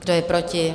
Kdo je proti?